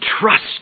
Trust